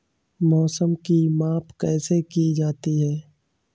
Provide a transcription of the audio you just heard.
मौसम की माप कैसे की जाती है?